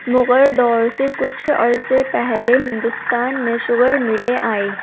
مغل دور سے کچھ عرصے پہلے ہندوستان میں شوگر ملیں آئیں